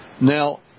Now